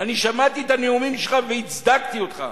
אני שמעתי את הנאומים שלך והצדקתי אותך.